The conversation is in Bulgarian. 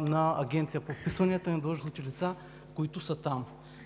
на Агенцията по вписванията и на длъжностните лица, които са там.